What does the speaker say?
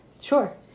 Sure